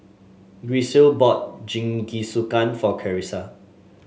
Grisel bought Jingisukan for Clarisa